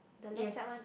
yes